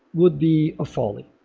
would be a falling.